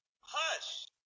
Hush